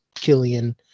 Killian